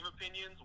opinions